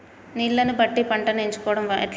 నీళ్లని బట్టి పంటను ఎంచుకోవడం ఎట్లా?